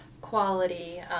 quality